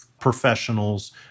professionals